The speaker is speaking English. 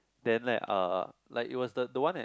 then let uh like it was the the one at